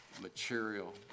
material